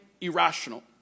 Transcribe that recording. irrational